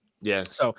Yes